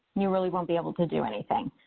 you really won't be able to do anything.